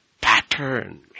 pattern